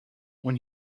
when